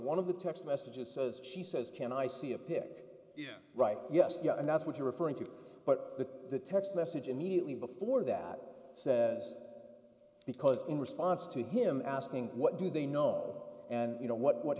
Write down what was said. one of the text messages says she says can i see a pic here right yes and that's what you're referring to but the the text message immediately before that was because in response to him asking what do they know and you know what what